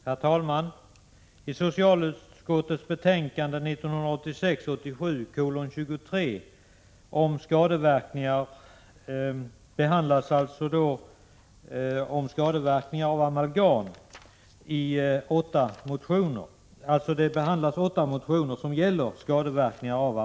Herr talman! I socialutskottets betänkande 1986/87:23 om skadeverkningar av amalgam behandlas åtta motioner.